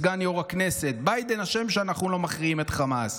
סגן יו"ר הכנסת: ביידן אשם שאנחנו לא מכריעים את חמאס.